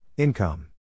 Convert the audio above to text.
Income